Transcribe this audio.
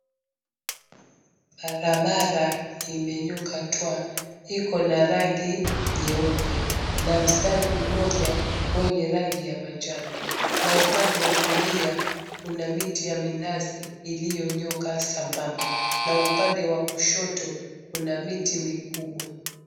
Barabara imenyoka twa iko na rangi nyeupe na mstari mmoja wenye rangi ya manjano na upande wa kulia kuna miti ya minazi iliyonyooka sambamba na upande wa kushoto kuna miti mikubwa.